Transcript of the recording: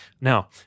now